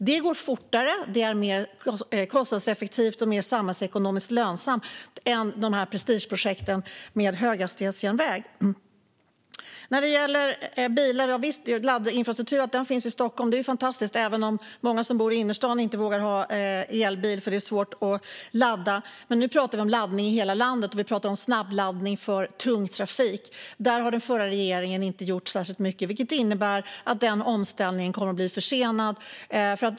Det går fortare, är mer kostnadseffektivt och mer samhällsekonomiskt lönsamt än prestigeprojekten med höghastighetsjärnväg. När det gäller bilar - visst, det är fantastiskt att det finns laddinfrastruktur i Stockholm. Många som bor i innerstan vågar dock inte ha elbil eftersom det är svårt att ladda. Men nu pratar vi om hela landet och om snabbladdning för tung trafik. Den förra regeringen gjorde inte särskilt mycket, vilket innebär att den omställningen kommer att bli försenad.